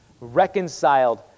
reconciled